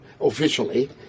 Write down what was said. officially